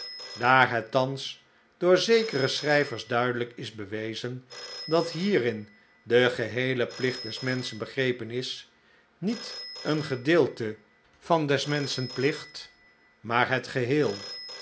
daar het thans door zekere schrijvers duidelijk is bewezen dat hierin de geheele plicht des menschen begrepen is niet een gedeelte van des menschen plicht maar het geheel